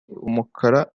umukara